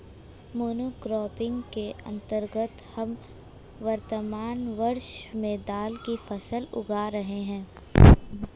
monocropping के अंतर्गत हम वर्तमान वर्ष में दाल की फसल उगा रहे हैं